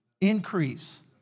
Increase